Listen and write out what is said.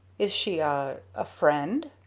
is she a a friend?